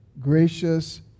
gracious